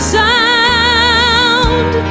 sound